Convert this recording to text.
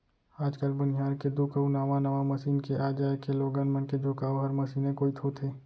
आज काल बनिहार के दुख अउ नावा नावा मसीन के आ जाए के लोगन मन के झुकाव हर मसीने कोइत होथे